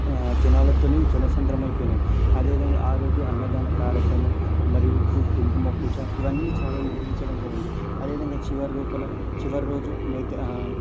జనాలతోని జనసంద్రమైపోయినయి అదేవిధంగా ఆ రోజు అన్నదాన కార్యక్రమం మరియు కుంకుమ పూచ ఇవన్నీ చాలా నిర్మించడం జరిగింది అదేవిధంగా చివరి లోపల చివరి రోజు మేక్